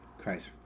Christ